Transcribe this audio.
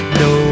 no